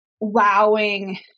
wowing